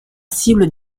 cible